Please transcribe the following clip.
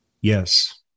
yes